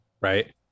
Right